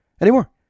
Anymore